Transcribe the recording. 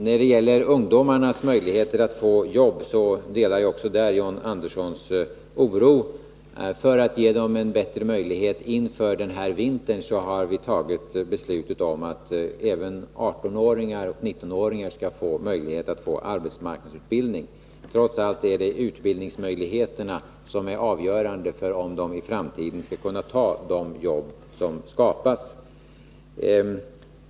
När det gäller ungdomarnas möjligheter att få jobb delar jag John Anderssons oro. För att ge dem en bättre möjlighet inför den här vintern har vi beslutat att även 18 och 19-åringar skall få möjlighet till arbetsmarknadsutbildning. Trots allt är det utbildningsmöjligheterna som är avgörande för om ungdomarna i framtiden skall kunna ta de jobb som skapas.